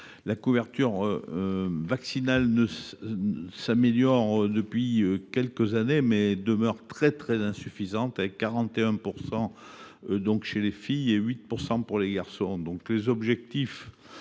La couverture vaccinale s’améliore depuis quelques années, mais demeure très insuffisante, avec 41 % chez les filles et 8 % pour les garçons. L’objectif